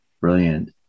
Brilliant